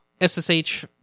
SSH